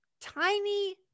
tiny